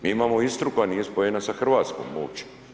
Mi imamo Istru koja nije spojena sa Hrvatskom uopće.